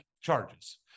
charges